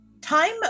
time